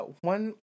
One